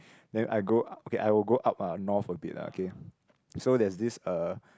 then I go up okay I will go up ah north a bit lah okay so there's this uh